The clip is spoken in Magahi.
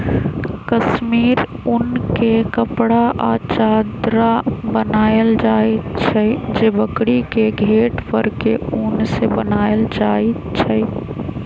कस्मिर उन के कपड़ा आ चदरा बनायल जाइ छइ जे बकरी के घेट पर के उन से बनाएल जाइ छइ